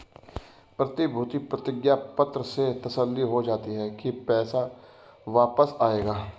प्रतिभूति प्रतिज्ञा पत्र से तसल्ली हो जाती है की पैसा वापस आएगा